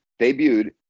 debuted